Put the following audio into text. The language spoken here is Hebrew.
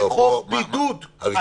לאכוף בידוד על מי